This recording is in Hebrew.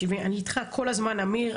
אני איתך כל הזמן אמיר,